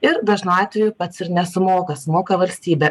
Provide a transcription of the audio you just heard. ir dažnu atveju pats ir nesumoka sumoka valstybė